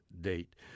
date